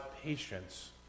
patience